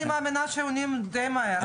אני מאמינה שהם עונים די מהר,